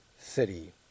city